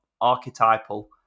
archetypal